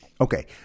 Okay